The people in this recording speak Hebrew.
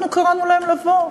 אנחנו קראנו להם לבוא,